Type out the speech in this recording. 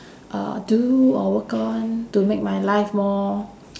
uh do or work on to make my life more